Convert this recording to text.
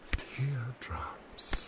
teardrops